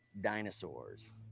dinosaurs